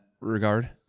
regard